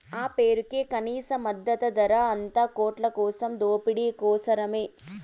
ఆ పేరుకే కనీస మద్దతు ధర, అంతా ఓట్లకోసం దోపిడీ కోసరమే